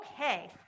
Okay